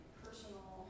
personal